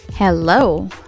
hello